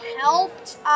helped